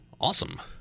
Awesome